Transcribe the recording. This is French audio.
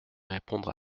répondre